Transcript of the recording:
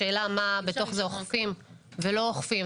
השאלה מה בתוך זה אוכפים ולא אוכפים,